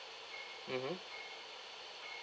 mmhmm